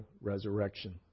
resurrection